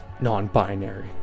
non-binary